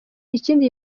ikindi